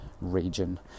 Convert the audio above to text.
region